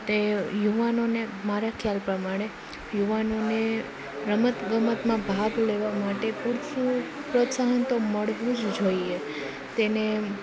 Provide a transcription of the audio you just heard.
તે યુવાનોને મારા ખ્યાલ પ્રમાણે યુવાનોને રમતગમતમાં ભાગ લેવા માટે પૂરતું પ્રોત્સાહન તો મળવું જ જોઈએ તેને